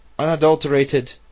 unadulterated